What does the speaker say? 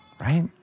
right